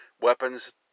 weapons